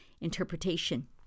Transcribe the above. interpretation